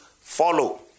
follow